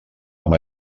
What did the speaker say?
amb